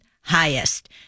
highest